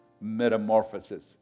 metamorphosis